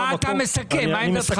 מה אתה מסכם, מה עמדתך?